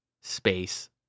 space